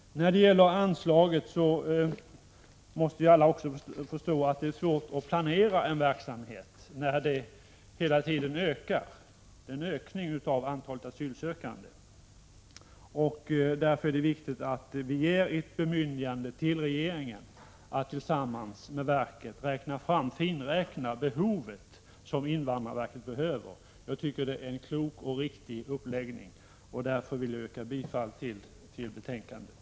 När det gäller anslag måste alla också förstå att det är svårt att planera en verksamhet som hela tiden ökar. Eftersom antalet asylsökande stiger är det viktigt att vi ger ett bemyndigande till regeringen att tillsammans med verket gå igenom de resurser som invandrarverket behöver. Det är en klok och riktig uppläggning. Jag yrkar därför bifall till utskottets hemställan.